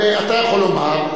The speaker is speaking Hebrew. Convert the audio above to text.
אתה יכול לומר.